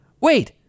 Wait